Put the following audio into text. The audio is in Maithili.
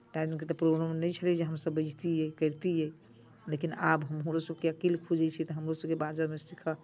ताहि दिनके तऽ प्रॉब्लम नहि छलै जे हमसभ बजितियै करितियै लेकिन आब हमरोसभके अकिल खुजै छै तऽ हमरोसभके बाजयमे सीखयमे